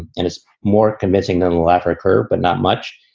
and it's more convincing than laforet career, but not much.